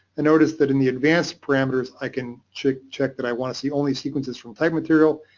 and notice that in the advanced parameters i can check check that i want to see only sequences from type material,